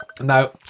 Now